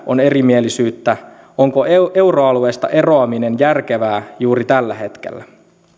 on erimielisyyttä siitä onko euroalueesta eroaminen järkevää juuri tällä hetkellä